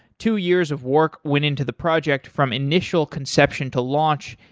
two years of work went into the project from initial conception to launch,